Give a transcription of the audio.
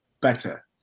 better